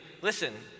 Listen